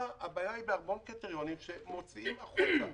הבעיה הייתה בהמון קריטריונים שהוציאו החוצה